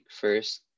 first